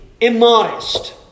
immodest